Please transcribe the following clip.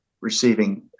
receiving